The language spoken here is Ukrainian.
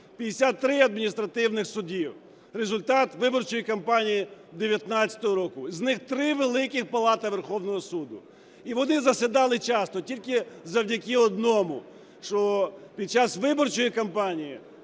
53 адміністративних суди – результат виборчої кампанії 19-го року, з них 3 – Велика Палата Верховного Суду. І вони засідали часто тільки завдяки одному, що під час виборчої кампанії